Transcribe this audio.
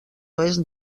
oest